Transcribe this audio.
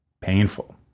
painful